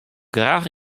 graach